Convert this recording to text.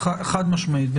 חד משמעית.